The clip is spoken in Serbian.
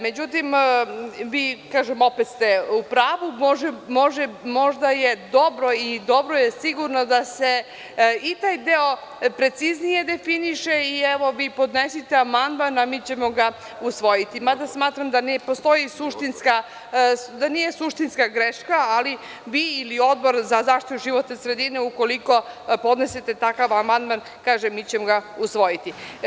Međutim vi, kažem, opet ste u pravu, možda je dobro i dobro je sigurno da se i taj deo preciznije definiše i, evo, vi podnesite amandman a mi ćemo ga usvojiti, mada smatram da nije suštinska greška, ali vi ili Odbor za zaštitu životne sredine, ukoliko podnesete takav amandman, kažem, mi ćemo ga usvojiti.